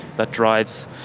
that drives